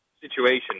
situation